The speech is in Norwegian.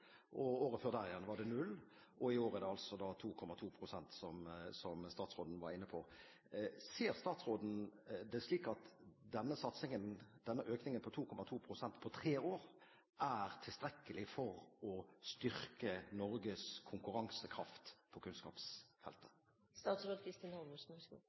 Året før det igjen var det null, og i år er det altså 2,2 pst., som statsråden var inne på. Ser statsråden det slik at denne satsingen, denne økningen på 2,2 pst. på tre år, er tilstrekkelig for å styrke Norges konkurransekraft på